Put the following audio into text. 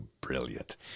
brilliant